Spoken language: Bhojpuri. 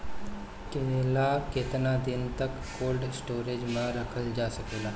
केला केतना दिन तक कोल्ड स्टोरेज में रखल जा सकेला?